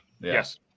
Yes